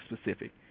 specific